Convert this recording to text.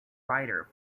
writer